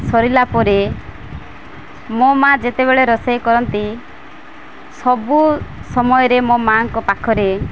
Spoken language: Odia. ସରିଲା ପରେ ମୋ ମାଆ ଯେତେବେଳେ ରୋଷେଇ କରନ୍ତି ସବୁ ସମୟରେ ମୋ ମା'ଙ୍କ ପାଖରେ